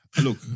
Look